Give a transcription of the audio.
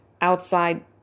outside